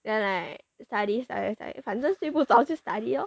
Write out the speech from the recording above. then like study study study 反正睡不着就 study lor